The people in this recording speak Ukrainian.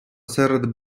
серед